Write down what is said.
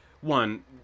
one